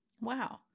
wow